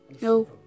No